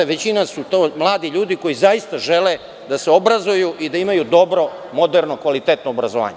Većina su to mladi ljudi koji zaista žele da se obrazuju i da imaju dobro, moderno, kvalitetno obrazovanje.